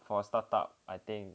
for a start up I think